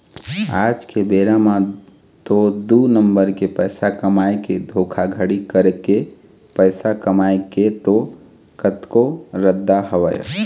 आज के बेरा म तो दू नंबर के पइसा कमाए के धोखाघड़ी करके पइसा कमाए के तो कतको रद्दा हवय